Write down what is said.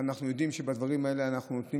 ואנחנו יודעים שבדברים האלה אנחנו נותנים